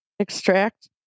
Extract